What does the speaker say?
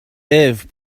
eve